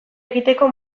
egiteko